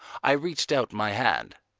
i reached out my hand.